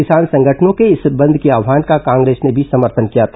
किसान संगठनों के इस बंद के आव्हान का कांग्रेस ने भी समर्थन किया था